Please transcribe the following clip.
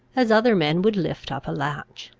as other men would lift up a latch.